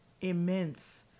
immense